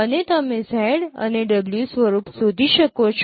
અને તમે z અને W સ્વરૂપ શોધી શકો છો